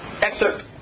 excerpt